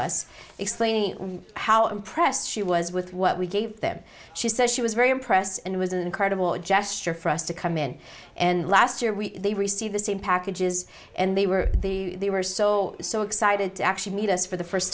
us explaining how impressed she was with what we gave them she says she was very impressed and it was an incredible gesture for us to come in and last year we receive the same packages and they were the were so so excited to actually meet us for the first